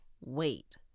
Wait